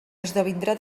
esdevindrà